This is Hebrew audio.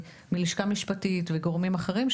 לשכה משפטית וגורמים אחרים,